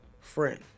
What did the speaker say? friend